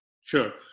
Sure